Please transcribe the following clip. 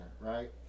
right